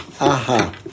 Aha